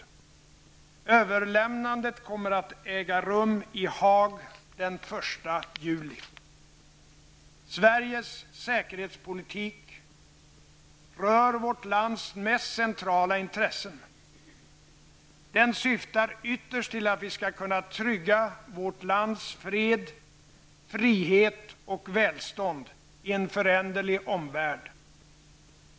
Överlämnandet kommer att äga rum i Haag den 1 Sveriges säkerhetspolitik rör vårt lands mest centrala intressen. Den syftar ytterst till att vi skall kunna trygga vårt lands fred, frihet och välstånd i en föränderlig omvärld.